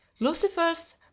Lucifer's